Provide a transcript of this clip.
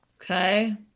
Okay